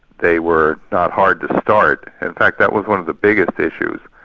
they were not hard to start. in fact that was one of the biggest issues,